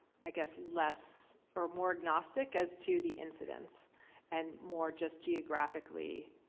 i guess less or more agnostic as to the incidence and more just geographically